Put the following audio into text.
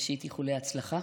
ראשית איחולי הצלחה.